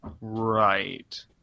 Right